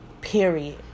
Period